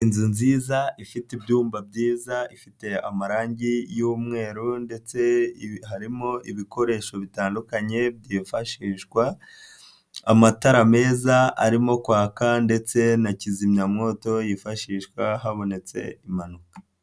Inzu nziza ifite ibyumba byiza ifite amarange y'umweru ndetse harimo ibikoresho bitandukanye byifashishwa, amatara meza arimo kwaka ndetse na kizimyamwoto yifashishwa habonetse impanuka.